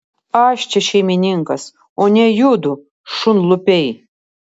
aš čia šeimininkas o ne judu šunlupiai